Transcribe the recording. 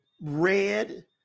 red